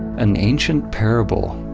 an ancient parable,